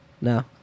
No